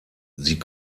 sie